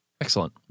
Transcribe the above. Excellent